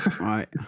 Right